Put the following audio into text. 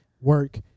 work